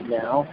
now